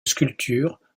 sculpture